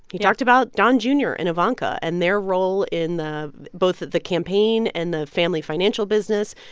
he talked about don jr. and ivanka and their role in the both the campaign and the family financial business.